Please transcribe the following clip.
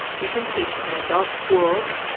you can teach in adult schools,